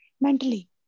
mentally